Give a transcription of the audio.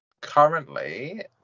Currently